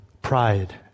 pride